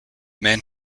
men